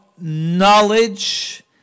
knowledge